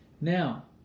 Now